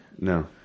No